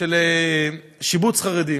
של שיבוץ חרדים.